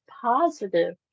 positive